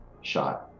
shot